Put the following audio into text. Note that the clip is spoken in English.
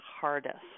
hardest